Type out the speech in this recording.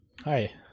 Hi